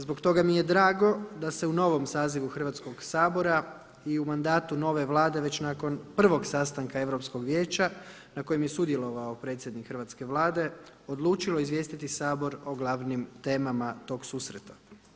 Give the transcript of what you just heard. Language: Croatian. Zbog toga mi je drago da se u novom sazivu Hrvatskoga sabora i u mandatu nove Vlade već nakon prvog sastanka Europskog vijeća na kojem je sudjelovao predsjednik hrvatske Vlade odlučilo izvijestiti Sabor o glavnim temama tog susreta.